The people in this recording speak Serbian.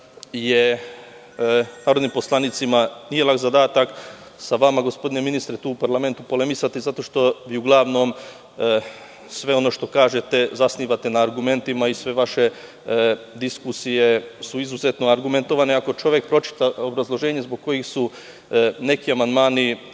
narodnim poslanicima da nije lak zadatak sa vama, gospodine ministre, tu u parlamentu polemisati, zato što uglavnom sve ono što kažete, zasnivate na argumentima i sve vaše diskusije su izuzetno argumentovane. Ako čovek pročita obrazloženje zbog kojih su neki amandmani